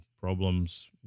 problems